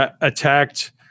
attacked